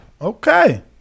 Okay